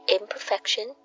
imperfection